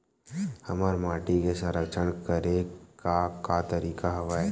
हमर माटी के संरक्षण करेके का का तरीका हवय?